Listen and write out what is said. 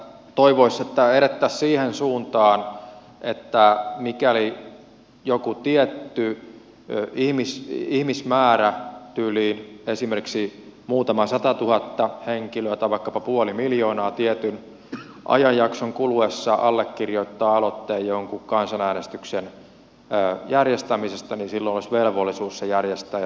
toivoisi että edettäisiin siihen suuntaan että mikäli joku tietty ihmismäärä tyyliin esimerkiksi muutama satatuhatta henkilöä tai vaikkapa puoli miljoonaa tietyn ajanjakson kuluessa allekirjoittaa aloitteen jonkun kansanäänestyksen järjestämisestä niin silloin olisi velvollisuus se järjestää